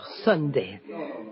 Sunday